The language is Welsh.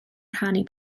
rhannu